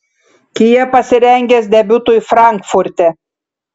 kia pasirengęs debiutui frankfurte